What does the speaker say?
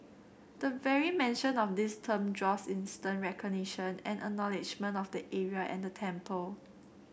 the very mention of this term draws instant recognition and acknowledgement of the area and the temple